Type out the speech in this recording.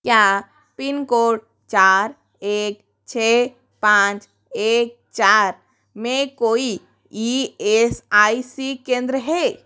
क्या pin code चार एक चार पाँच एक चार में कोई ई एस आई सी केंद्र है